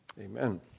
amen